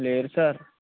లేరు సార్